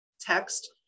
text